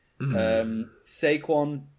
Saquon